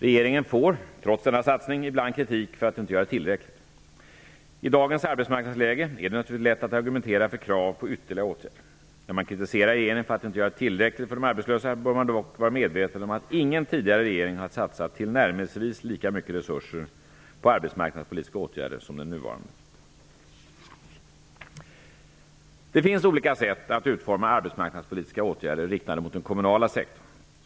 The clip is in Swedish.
Regeringen får -- trots denna satsning -- ibland kritik för att den inte gör tillräckligt. I dagens arbetsmarknadsläge är det naturligtvis lätt att argumentera för krav på ytterligare åtgärder. När man kritiserar regeringen för att den inte gör tillräckligt för de arbetslösa bör man dock vara medveten om att ingen tidigare regering har satsat tillnärmelsevis lika mycket resurser på arbetsmarknadspolitiska åtgärder som den nuvarande. Det finns olika sätt att utforma arbetsmarknadspolitiska åtgärder riktade mot den kommunala sektorn.